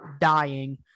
dying